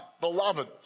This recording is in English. beloved